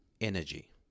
energy